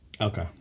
Okay